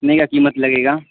نہیں کا قیمت لگے گا